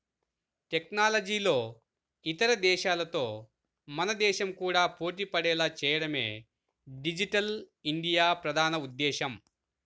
టెక్నాలజీలో ఇతర దేశాలతో మన దేశం కూడా పోటీపడేలా చేయడమే డిజిటల్ ఇండియా ప్రధాన ఉద్దేశ్యం